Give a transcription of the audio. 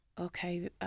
Okay